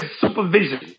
supervision